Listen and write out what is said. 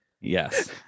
Yes